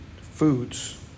foods